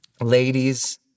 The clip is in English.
Ladies